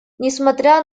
несмотря